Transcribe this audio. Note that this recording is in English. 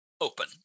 open